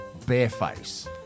Bareface